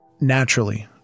Naturally